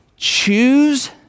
choose